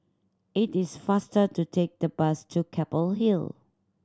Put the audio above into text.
it is faster to take the bus to Keppel Hill